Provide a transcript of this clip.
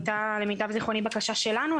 ולמיטב זכרוני זו הייתה בקשה שלנו.